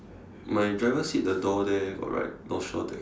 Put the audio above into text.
my driver seat the door there got write north Shore taxi